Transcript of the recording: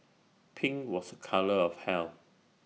pink was A colour of health